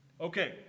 Okay